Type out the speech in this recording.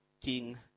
king